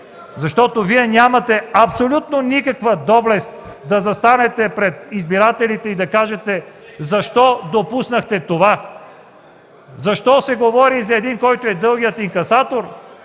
защото Вие нямате абсолютно никаква доблест да застанете пред избирателите и да кажете защо допуснахте това; защо се говори за един, който е „дългият инкасатор”;